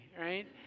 right